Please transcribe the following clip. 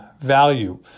value